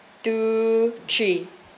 two three